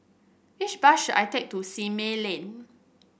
which bus should I take to Simei Lane